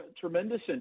tremendous